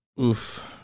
Oof